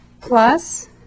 plus